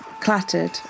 clattered